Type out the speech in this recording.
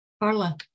Carla